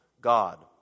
God